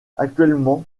actuellement